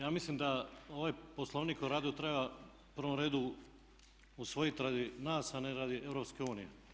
Ja mislim da ovaj Poslovnik o radu treba u prvom redu usvojiti radi nas, a ne radi EU.